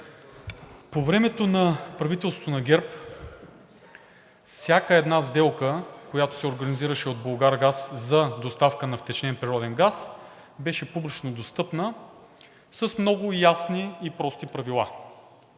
По времето на правителството на ГЕРБ всяка една сделка, която се организираше от „Булгаргаз“, за доставка на втечнен природен газ беше публично достъпна с много ясни прости правила